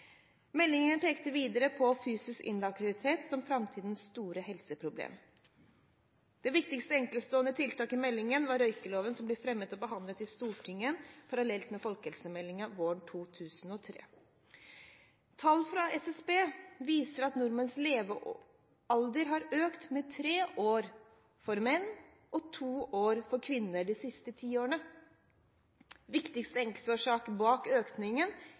Meldingen pekte videre på fysisk inaktivitet som framtidens store helseproblem. Det viktigste enkeltstående tiltaket i meldingen var røykeloven, som ble fremmet og behandlet i Stortinget parallelt med folkehelsemeldingen våren 2003. Tall fra SSB viser at nordmenns levealder har økt med tre år for menn og to år for kvinner de siste ti årene. Den viktigste enkeltårsaken bak økningen